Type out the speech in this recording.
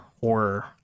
horror